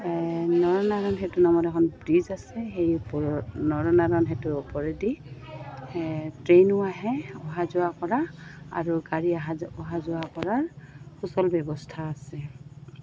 নৰনাৰায়ণ সেতু নামৰ এখন ব্ৰিজ আছে সেই নৰনাৰায়ণ সেইটোৰ ওপৰেদি ট্ৰেইনো আহে অহা যোৱা কৰা আৰু গাড়ী অহা অহা যোৱা কৰাৰ সুচল ব্যৱস্থা আছে